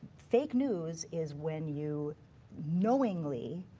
fake news is when you knowingly